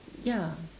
ya